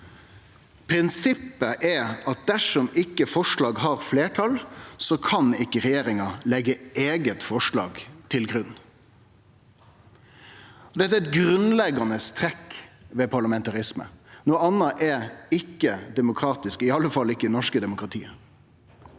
Prinsippet er at dersom ikkje noko forslag har fleirtal, kan ikkje regjeringa leggje sitt eige forslag til grunn. Dette er eit grunnleggjande trekk ved parlamentarisme. Noko anna er ikkje demokratisk, i alle fall ikkje i det norske demokratiet.